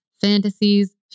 fantasies